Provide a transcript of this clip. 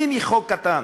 מיני, חוק קטן.